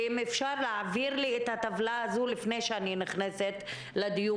ואם אפשר להעביר לי את הטבלה הזו לפני שאני נכנסת לדיון,